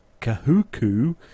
Kahuku